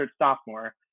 sophomore